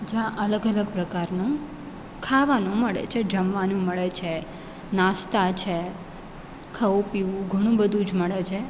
જ્યાં અલગ અલગ પ્રકારનું ખાવાનું મળે છે જમવાનું મળે છે નાસ્તા છે ખઉ પીઉ ઘણું બધું જ મળે છે